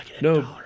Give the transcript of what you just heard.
No